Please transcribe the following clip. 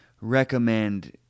recommend